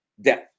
death